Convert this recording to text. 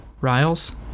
Riles